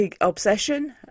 obsession